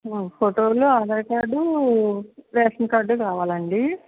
ఫోటోలు Aadhaar card ration card కావాలండి